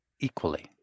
equally